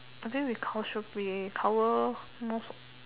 I think we call should be cover most